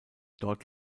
dort